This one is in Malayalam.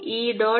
IE